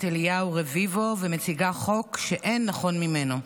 אליהו רביבו ומציגה חוק שאין נכון ממנו.